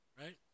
right